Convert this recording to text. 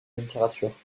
littérature